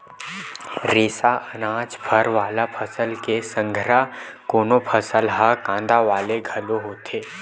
रेसा, अनाज, फर वाला फसल के संघरा कोनो फसल ह कांदा वाला घलो होथे